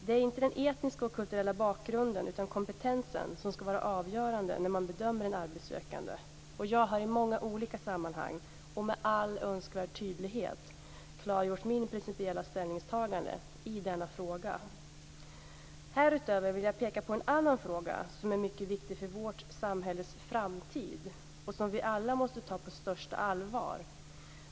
Det är inte den etniska och kulturella bakgrunden utan kompetensen som ska vara avgörande när man bedömer en arbetssökande. Jag har i många olika sammanhang och med all önskvärd tydlighet klargjort mitt principiella ställningstagande i denna fråga. Härutöver vill jag peka på en annan fråga som är mycket viktig för vårt samhälles framtid och som vi alla måste ta på största allvar.